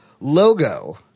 logo